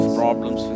problems